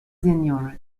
seigniorage